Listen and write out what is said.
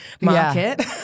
market